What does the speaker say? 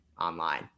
online